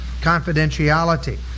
confidentiality